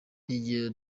iryo